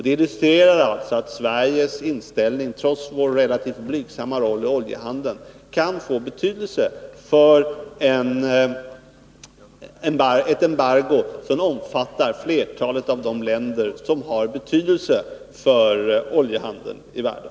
Det illustrerar att Sveriges inställning, trots vår relativt blygsamma roll i oljehandeln, kan få betydelse för ett embargo som omfattar flertalet av de länder som är av vikt när det gäller oljehandeln i världen.